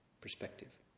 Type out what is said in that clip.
perspective